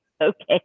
okay